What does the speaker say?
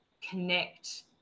connect